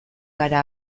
gara